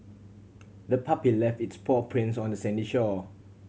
the puppy left its paw prints on the sandy shore